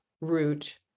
route